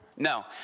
No